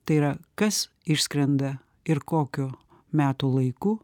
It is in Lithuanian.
tai yra kas išskrenda ir kokiu metų laiku